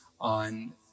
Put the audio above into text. on